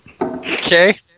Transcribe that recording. Okay